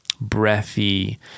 breathy